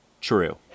True